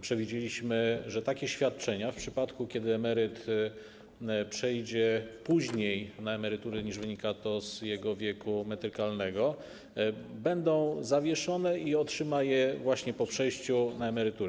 przewidzieliśmy, że takie świadczenia, w przypadku kiedy emeryt przejdzie później na emeryturę, niż wynika to z jego wieku metrykalnego, będą zawieszone i otrzyma je właśnie po przejściu na emeryturę.